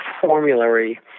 formulary